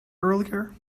earlier